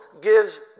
gives